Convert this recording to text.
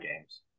games